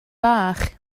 bach